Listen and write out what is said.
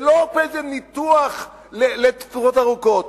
ולא בניתוח לתקופות ארוכות,